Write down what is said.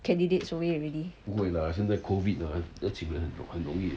candidates away already